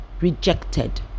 rejected